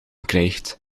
krijgt